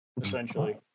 essentially